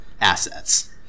assets